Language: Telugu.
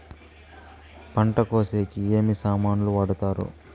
పంట కోసేకి ఏమి సామాన్లు వాడుతారు?